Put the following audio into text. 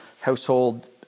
household